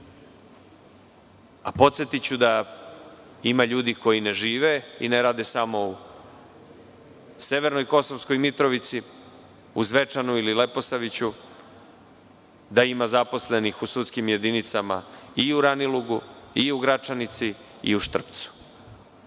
Podsetiću da ima ljudi koji ne žive i ne rade samo u severnoj Kosovskoj Mitrovici, u Zvečanu ili Leposaviću, da ima zaposlenih u sudskim jedinicama i u Ranilugu, i u Gračanici, i u Štrpcu.